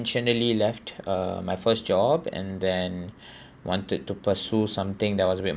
left uh my first job and then wanted to pursue something that was a bit